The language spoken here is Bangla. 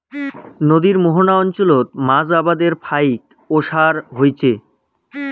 নদীর মোহনা অঞ্চলত মাছ আবাদের ফাইক ওসার হইচে